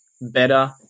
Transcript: better